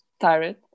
tired